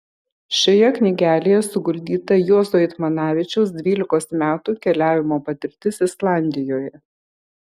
šioje knygelėje suguldyta juozo eitmanavičiaus dvylikos metų keliavimo patirtis islandijoje